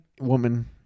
woman